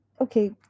okay